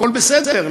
הכול בסדר,